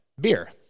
beer